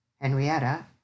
Henrietta